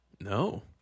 No